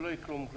ולא יהיה כלום.